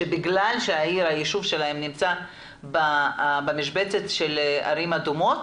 שבגלל שהיישוב שלהם נמצא במשבצת של ערים אדומות